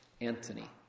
Anthony